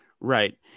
Right